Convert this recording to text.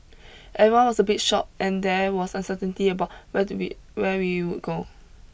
everyone was a bit shocked and there was uncertainty about whether we where we would go